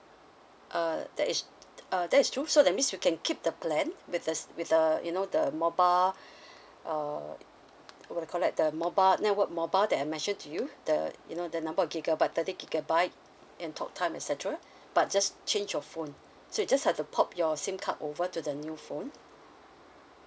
uh that is uh that is true so that means you can keep the plan with us with the you know the mobile uh we'll collect the mobile network mobile that I mentioned to you the you know the number of gigabyte thirty gigabyte and talk time etcetera but just change your phone so you just have to port your sim card over to the new phone